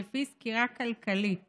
לפי סקירה כלכלית